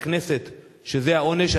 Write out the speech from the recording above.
לכנסת שזה העונש.